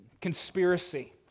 conspiracy